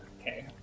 okay